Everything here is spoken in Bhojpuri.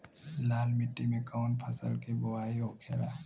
लाल मिट्टी में कौन फसल के बोवाई होखेला?